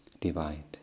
divide